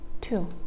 two